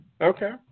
Okay